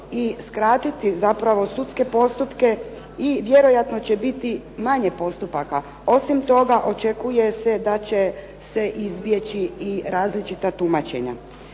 i skratiti zapravo sudske postupke i vjerojatno će biti i manje postupaka. Osim toga očekuje se da će se izbjeći i različita tumačenja.